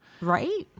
right